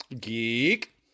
Geek